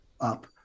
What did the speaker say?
up